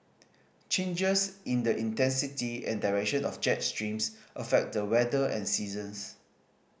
changes in the intensity and direction of jet streams affect the weather and seasons